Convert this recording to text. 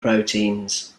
proteins